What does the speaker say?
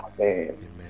Amen